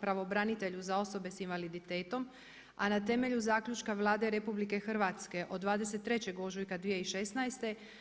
pravobranitelju za osobe sa invaliditetom a na temelju zaključka Vlade RH od 23. ožujka 2016.